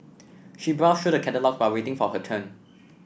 she browsed through the catalogues while waiting for her turn